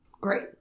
Great